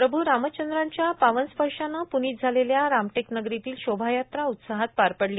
प्रभू रामचंद्रांच्या पावन स्पर्शाने प्नित झालेल्या रामटेक नगरीतील शोभायात्रा उत्साहात पार पडली